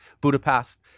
Budapest